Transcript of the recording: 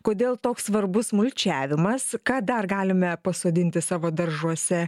kodėl toks svarbus mulčiavimas ką dar galime pasodinti savo daržuose